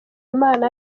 imana